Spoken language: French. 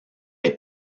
est